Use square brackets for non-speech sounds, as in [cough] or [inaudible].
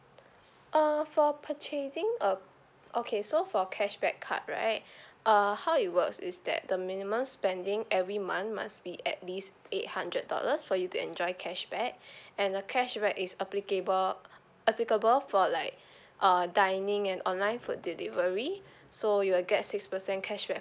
uh for purchasing uh okay so for cashback card right [breath] uh how it works is that the minimum spending every month must be at least eight hundred dollars for you to enjoy cashback [breath] and a cashback is applicable [breath] applicable for like [breath] uh dining and online food delivery [breath] so you'll get six percent cashback